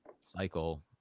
cycle